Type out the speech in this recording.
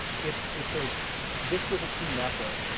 if if there's this was a team effort,